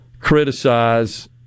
criticize